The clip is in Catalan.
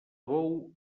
bou